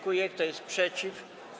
Kto jest przeciw?